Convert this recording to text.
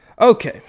Okay